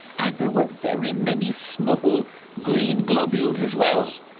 and there were very many small green globules as well.